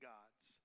God's